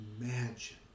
imagine